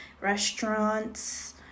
restaurants